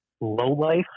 lowlife